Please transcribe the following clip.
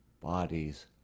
bodies